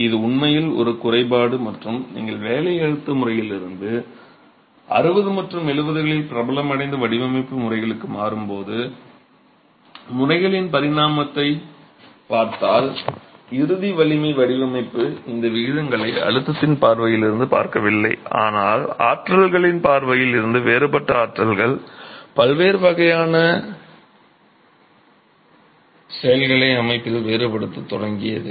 இது உண்மையில் ஒரு குறைபாடு மற்றும் நீங்கள் வேலை அழுத்த முறையிலிருந்து 60 மற்றும் 70 களில் பிரபலமடைந்த வலிமை வடிவமைப்பு முறைகளுக்கு மாறும்போது முறைகளின் பரிணாமத்தைப் பார்த்தால் இறுதி வலிமை வடிவமைப்பு இந்த விகிதங்களை அழுத்தத்தின் பார்வையில் இருந்து பார்க்கவில்லை ஆனால் ஆற்றல்களின் பார்வையில் இருந்து வேறுபட்ட ஆற்றல்கள் பல்வேறு வகையான செயல்களை அமைப்பில் வேறுபடுத்தத் தொடங்கியது